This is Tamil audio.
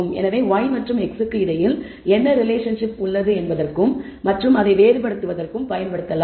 எனவே y மற்றும் x க்கு இடையில் என்ன ரிலேஷன்ஷிப் உள்ளது என்பதற்கும் மற்றும் அதை வேறுபடுத்துவதற்கும் பயன்படுத்தப்படலாம்